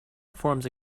forms